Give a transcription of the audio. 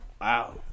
wow